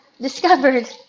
discovered